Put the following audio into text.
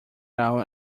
out